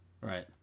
Right